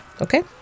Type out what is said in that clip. okay